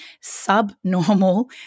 subnormal